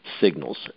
signals